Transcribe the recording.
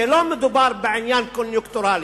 לא מדובר בעניין קוניונקטורלי.